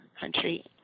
country